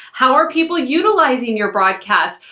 how are people utilizing your broadcast?